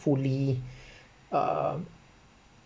fully uh